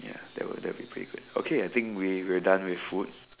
ya that that that would be pretty good okay I think we're done with food